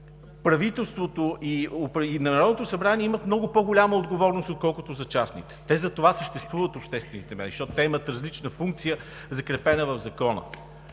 правителството и Народното събрание имат много по-голяма отговорност, отколкото за частните. Те, обществените медии, затова съществуват. Защото те имат различна функция, закрепена в Закона.